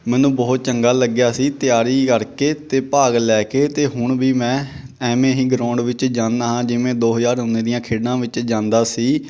ਮੈਨੂੰ ਬਹੁਤ ਚੰਗਾ ਲੱਗਿਆ ਸੀ ਤਿਆਰੀ ਕਰਕੇ ਅਤੇ ਭਾਗ ਲੈ ਕੇ ਅਤੇ ਹੁਣ ਵੀ ਮੈਂ ਇਵੇਂ ਹੀ ਗਰਾਉਂਡ ਵਿੱਚ ਜਾਂਦਾ ਹਾਂ ਜਿਵੇਂ ਦੋ ਹਜ਼ਾਰ ਉੱਨੀ ਦੀਆਂ ਖੇਡਾਂ ਵਿੱਚ ਜਾਂਦਾ ਸੀ